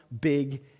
big